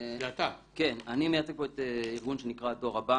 אני מייצג פה את ארגון שנקרא "הדור הבא